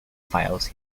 files